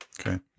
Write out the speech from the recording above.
Okay